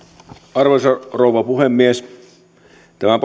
arvoisa rouva puhemies tämä